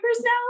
now